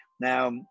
now